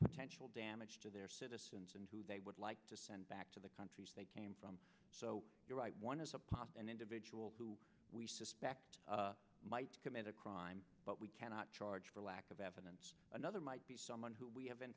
potential damage to their citizens and who they would like to send back to the countries they came from so you're right one is a pos an individual who we suspect might commit a crime but we cannot charge for lack of evidence another might be someone who we have in